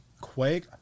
Quake